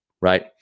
right